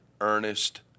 Ernest